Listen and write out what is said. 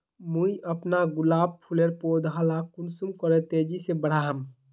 मुई अपना गुलाब फूलेर पौधा ला कुंसम करे तेजी से बढ़ाम?